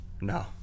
No